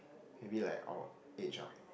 maybe like our age ah